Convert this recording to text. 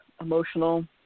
emotional